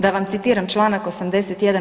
Da vam citiram članak 81.